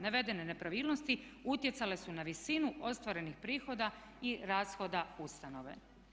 Navedene nepravilnosti utjecale su na visinu ostvarenih prihoda i rashoda ustanove.